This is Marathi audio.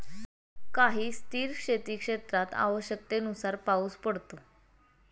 काही स्थिर शेतीक्षेत्रात आवश्यकतेनुसार पाऊस पडतो